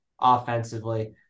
offensively